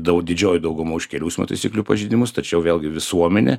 dau didžioji dauguma už kelių eismo taisyklių pažeidimus tačiau vėlgi visuomenė